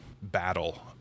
battle